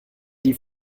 die